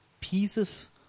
pieces